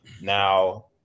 Now